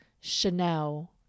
Chanel